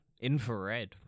Infrared